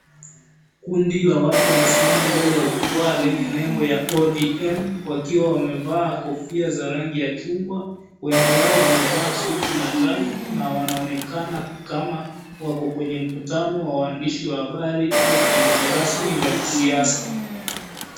Kundi la watu limesimama mbele ya jukwa lenye nembo ya ODM wakiwa wamevaa kofia za rangi ya chungwa wengi wao wamevaa suti na tai na wanaonekana kama wako kwenye mkutano wa waandishi wa habari au tangazo rasmi la kisiasa.